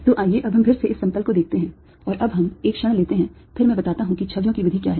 तो आइए अब हम फिर से इस समतल को देखते हैं और अब हम एक क्षण लेते हैं फिर मैं बताता हूं कि छवियों की विधि क्या है